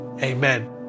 Amen